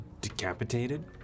decapitated